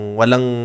walang